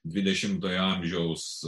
dvidešimtojo amžiaus